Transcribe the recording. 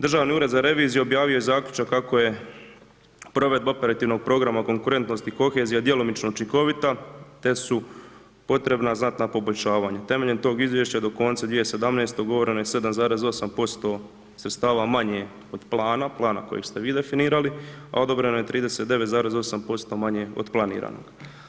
Državni ured za reviziju objavio je zaključno kako je provedba operativnog programa o konkurentnosti i kohezija djelomično učinkovita, te su potrebna znatna poboljšavanja, temeljem tog izvješća do konca 2017. ugovoreno je 7,8% sredstava manje od plana, plana kojeg ste vi definirali, a odobreno je 39,8% manje od planiranog.